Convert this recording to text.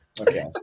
Okay